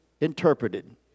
interpreted